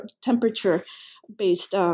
temperature-based